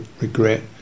regret